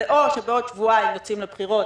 זה או שבעוד שבועיים יוצאים לבחירות